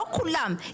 לא כולם,